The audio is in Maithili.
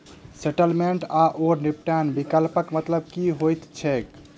सेटलमेंट आओर निपटान विकल्पक मतलब की होइत छैक?